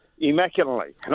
immaculately